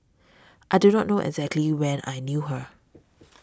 I do not know exactly when I knew her